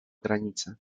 granice